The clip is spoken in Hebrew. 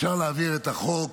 אפשר להעביר את החוק